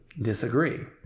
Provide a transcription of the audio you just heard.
disagree